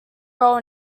role